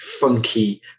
funky